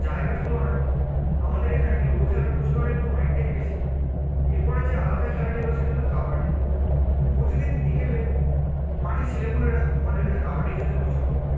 জায়গার তুলনায় আমাদের এখানে লুডো খেলার প্রচলন একটু অনেকটাই বেশি এরপরের যে আলাদা খেলাটি হলো সেটি হলো কাবাডি প্রতিদিন বিকেলে মাঠে ছেলেপুলেরা আমাদের এখানে কাবাডি খেলতে পছন্দ করে